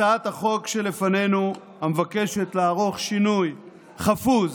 הצעת החוק שלפנינו, המבקשת לערוך שינוי חפוז